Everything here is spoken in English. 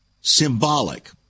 symbolic